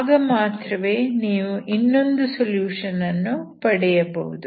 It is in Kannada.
ಆಗ ಮಾತ್ರವೇ ನೀವು ಇನ್ನೊಂದು ಸೊಲ್ಯೂಷನ್ ಅನ್ನು ಪಡೆಯಬಹುದು